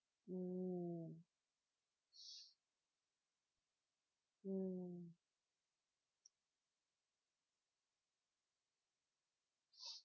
mm mm